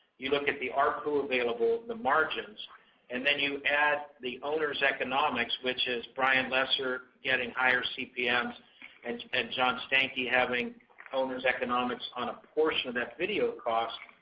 you look at the arpu available, the margins and then you add the owners economics which is brian lesser getting higher cpms and and john stanky having owners economics on a portion of that video cost,